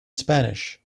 spanish